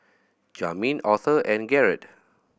Jamin Authur and Garett